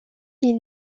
est